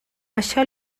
això